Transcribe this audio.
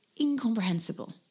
incomprehensible